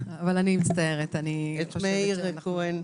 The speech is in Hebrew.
את מאיר כהן.